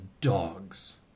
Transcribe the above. dogs